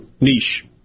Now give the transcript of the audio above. niche